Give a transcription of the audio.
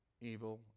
evil